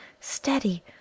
Steady